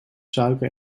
suiker